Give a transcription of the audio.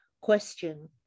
question